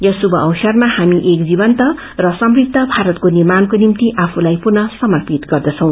यस श्रुम अवसरमा हामी एक जीवन्त र समृद्ध भारतको निर्माणको निम्ति आफूलाई पुनः समर्पित गर्दछौ